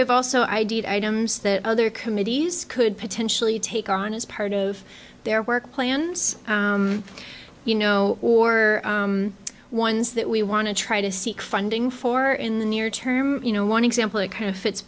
we've also i d d items that other committees could potentially take on as part of their work plans you know or ones that we want to try to seek funding for in the near term you know one example it kind of fits